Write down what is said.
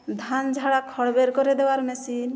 ধান ঝাড়া খড় বের করে দেওয়ার মেশিন